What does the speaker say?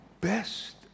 best